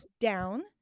down